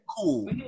Cool